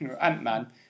Ant-Man